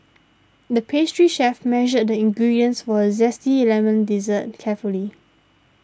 the pastry chef measured the ingredients for a Zesty Lemon Dessert carefully